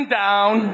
down